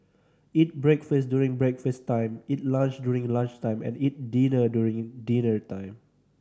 eat breakfast during breakfast time eat lunch during lunch time and eat dinner during dinner time